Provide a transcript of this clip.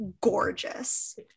gorgeous